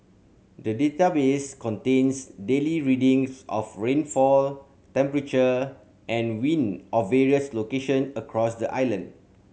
the database contains daily readings of rainfall temperature and wind of various location across the island